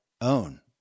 own